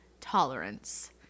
tolerance